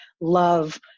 love